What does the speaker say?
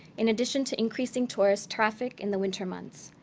in addition to increasing tourist traffic in the winter months.